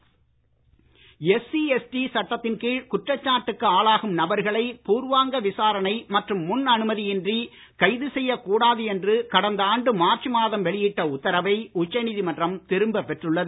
SC ST SC ST சட்டத்தின் கீழ் குற்றச்சாட்டுக்கு ஆளாகும் நபர்களை பூர்வாங்க விசாரணை மற்றும் முன் அனுமதி இன்றி கைது செய்யக் கூடாது என்று கடந்த ஆண்டு மார்ச் மாதம் வெளியிட்ட உத்தரவை உச்சநீதிமன்றம் திரும்ப பெற்றுள்ளது